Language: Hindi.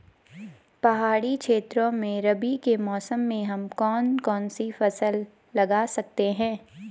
पहाड़ी क्षेत्रों में रबी के मौसम में हम कौन कौन सी फसल लगा सकते हैं?